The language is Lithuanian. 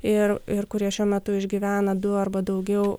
ir ir kurie šiuo metu išgyvena du arba daugiau